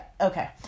Okay